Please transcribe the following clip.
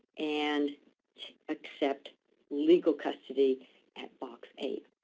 and accept legal custody at box eight.